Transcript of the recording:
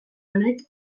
honek